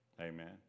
Amen